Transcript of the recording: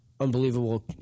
unbelievable